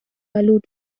آلود